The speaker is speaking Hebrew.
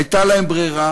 הייתה להם ברירה